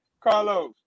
Carlos